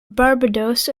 barbados